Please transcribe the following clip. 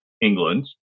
England